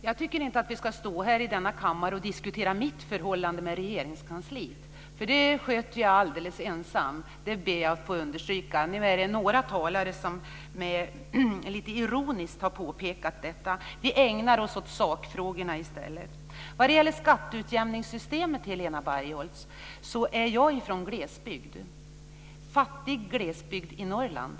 Herr talman! Jag tycker inte att vi här i kammaren ska diskutera mitt förhållande till Regeringskansliet. Jag ber att få understryka att jag sköter det på egen hand. Några talare har lite ironiskt påpekat detta. Låt oss ägna oss åt sakfrågorna i stället. Bargholtz, vill jag säga att jag kommer från fattig glesbygd i Norrland.